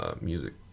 music